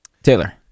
Taylor